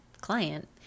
client